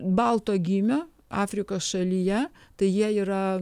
balto gymio afrikos šalyje tai jie yra